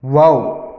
wow